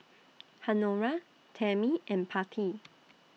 Honora Tammy and Patti